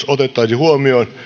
otettaisiin huomioon